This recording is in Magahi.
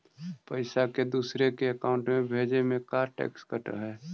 पैसा के दूसरे के अकाउंट में भेजें में का टैक्स कट है?